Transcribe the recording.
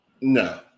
No